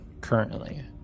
currently